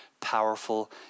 powerful